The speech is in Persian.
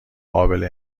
قابل